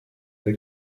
the